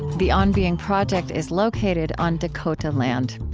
the on being project is located on dakota land.